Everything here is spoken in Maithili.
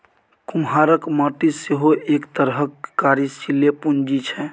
कुम्हराक माटि सेहो एक तरहक कार्यशीले पूंजी छै